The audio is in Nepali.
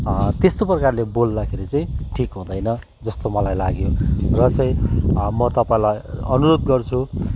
त्यस्तो प्रकारले बोल्दाखेरि चाहिँ ठिक हुँदैन जस्तो मलाई लाग्यो र चाहिँ म तपाईँलाई अनुरोध गर्छु